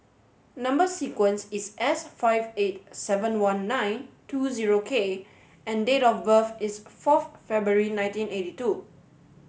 number sequence is S five eight seven one nine two zero K and date of birth is forth February nineteen eighty two